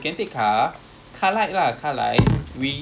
I haus so ini air mineral water eh